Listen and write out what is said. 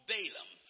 Balaam